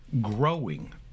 growing